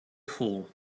fool